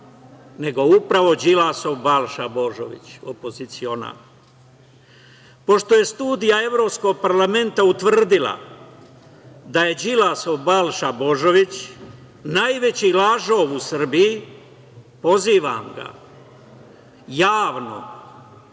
nego upravo Đilasov Balša Božović, opozicionar. Pošto je studija Evropskog parlamenta utvrdila da je Đilasov Balša Božović, najveći lažov u Srbiji, pozivam ga, javno,